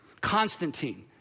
Constantine